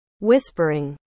Whispering